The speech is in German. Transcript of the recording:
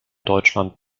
deutschland